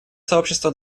сообщество